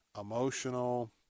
emotional